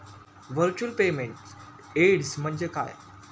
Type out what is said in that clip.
Virtual payment address म्हणजे काय?